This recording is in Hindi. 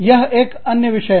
यह एक अन्य है